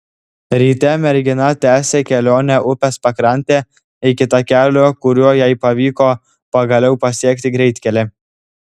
ryte mergina tęsė kelionę upės pakrante iki takelio kuriuo jai pavyko pagaliau pasiekti greitkelį